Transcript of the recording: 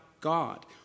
god